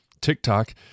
TikTok